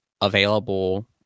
available